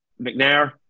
McNair